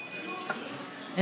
בבקשה, חברת הכנסת מרב מיכאלי.